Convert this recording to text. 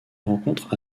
rencontrent